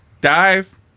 Dive